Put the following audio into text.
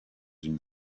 une